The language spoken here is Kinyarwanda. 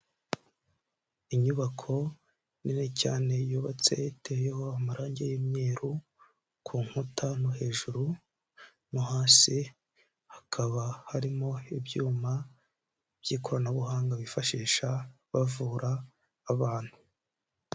Inyubako nini cyane yubatse iteyeho amarangi y'imyeru ku nkuta no hejuru, mo hasi hakaba harimo ibyuma by'ikoranabuhanga bifashisha bavura abantu.